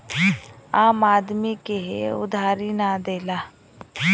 आम आदमी के उधारी ना देला